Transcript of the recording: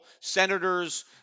senators